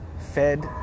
fed